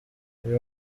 uyu